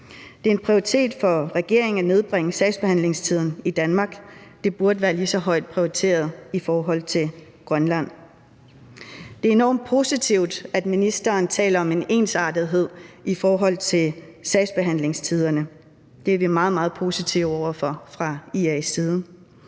Det er en prioritet for regeringen at nedbringe sagsbehandlingstiden i Danmark. Det burde være lige så højt prioriteret i forhold til Grønland. Det er enormt positivt, at ministeren taler om en ensartethed i forhold til sagsbehandlingstiderne. Det er vi meget, meget positive over for fra IA's side.